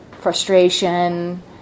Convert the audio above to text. frustration